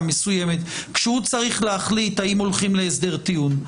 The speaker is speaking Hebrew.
מסוימת כשהוא צריך להחליט האם הולכים להסדר טיעון,